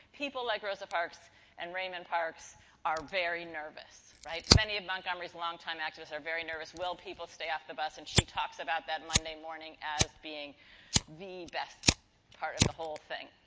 people like rosa parks and raymond parks are very nervous. right? many of montgomery's long time activists are very nervous. will people stay off the bus? and, she talks about that monday morning as being best part of the whole thing.